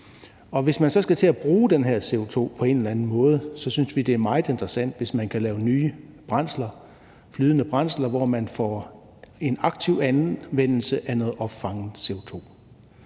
til at bruge den her CO2 på en eller anden måde, synes vi, det er meget interessant, hvis man kan lave nye brændsler, flydende brændsler, hvor man får en aktiv anvendelse af noget opfanget CO2.